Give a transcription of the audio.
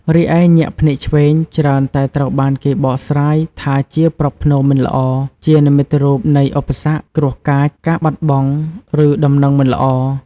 រីឯ ញាក់ភ្នែកឆ្វេង ច្រើនតែត្រូវបានគេបកស្រាយថាជាប្រផ្នូល មិនល្អ ជានិមិត្តរូបនៃឧបសគ្គ គ្រោះកាច ការបាត់បង់ ឬដំណឹងមិនល្អ។